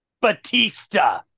Batista